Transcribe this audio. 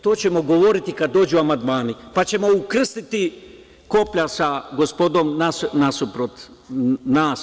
To ćemo govoriti kada dođu amandmani, pa ćemo ukrstiti koplja sa gospodom nasuprot nas.